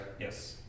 Yes